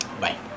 Bye